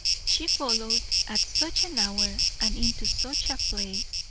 she followed at such an hour and into such a place,